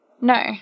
No